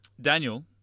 Daniel